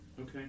Okay